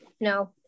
No